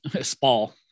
Spall